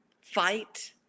fight